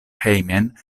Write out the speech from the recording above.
hejmen